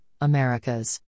Americas